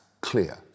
clear